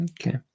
Okay